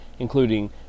including